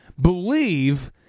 believe